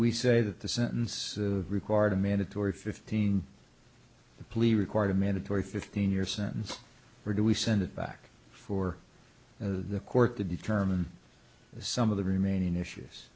we say that the sentence required a mandatory fifteen the police required a mandatory fifteen year sentence or do we send it back for the court to determine some of the remaining issues